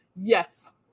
Yes